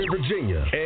virginia